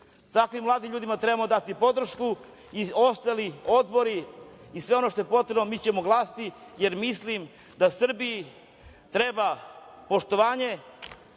Takvim mladim ljudima treba da damo podršku. I ostali odbori i sve ono što je potrebno, mi ćemo glasati, jer mislim da Srbiji treba poštovanje